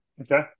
Okay